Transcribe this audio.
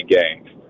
games